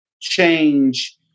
change